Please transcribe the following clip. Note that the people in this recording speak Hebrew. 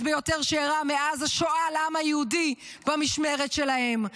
ביותר שאירע מאז השואה לעם היהודי במשמרת שלהם.